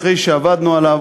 אחרי שעבדנו עליו,